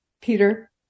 Peter